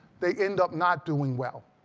they end up not doing well.